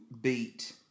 beat